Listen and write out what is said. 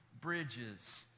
bridges